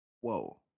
Whoa